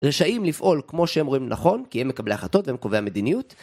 רשאים לפעול כמו שהם רואים לנכון כי הם מקבלים ההחלטות והם קובעים מדיניות